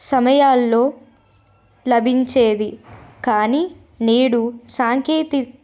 సమయాల్లో లభించేది కానీ నేడు సాంకేతి